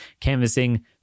canvassing